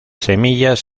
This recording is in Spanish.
semillas